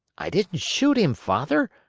i didn't shoot him, father.